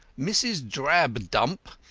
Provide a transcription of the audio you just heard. mrs. drabdump,